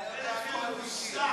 אין לכם מושג.